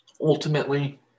Ultimately